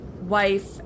wife